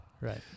Right